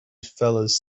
fellas